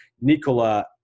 Nikola